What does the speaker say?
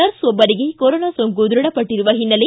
ನರ್ಸ ಒಬ್ಬರಿಗೆ ಕೊರೊನಾ ಸೋಂಕು ದೃಢಪಟ್ಟಿರುವ ಹಿನ್ನೆಲೆ